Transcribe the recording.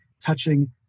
touching